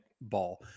ball